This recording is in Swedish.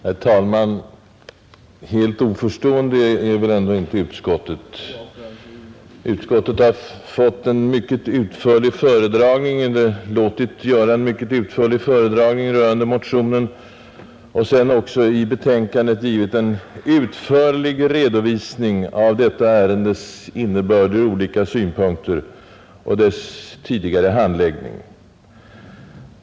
Herr talman! Helt oförstående är väl ändå inte utskottet. Vi har låtit göra en mycket utförlig föredragning rörande motionen och har sedan också i betänkandet givit en utförlig redovisning av motionsyrkandets närmare innebörd ur olika synpunkter och dess tidigare handläggning.